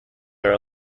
are